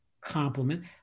complement